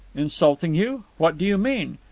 insulting you! what do you mean?